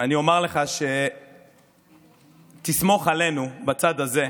אני אומר: תסמוך עלינו בצד הזה,